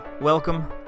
welcome